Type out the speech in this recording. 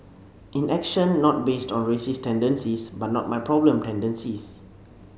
inaction not based on racist tendencies but not my problem tendencies